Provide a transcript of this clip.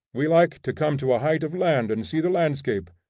we like to come to a height of land and see the landscape,